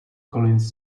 collins